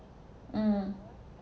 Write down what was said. mm